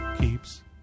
keeps